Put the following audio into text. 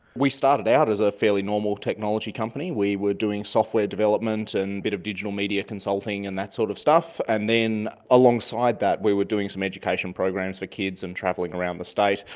we started out as a fairly normal technology company. we were doing software development and a bit of digital media consulting and that sort of stuff, and then alongside that we were doing some education programs for kids and travelling around the state,